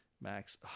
Max